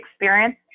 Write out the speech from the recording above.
experience